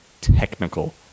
technical